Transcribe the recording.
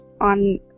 on